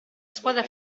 squadra